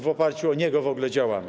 W oparciu o niego w ogóle działamy.